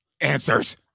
answers